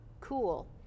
cool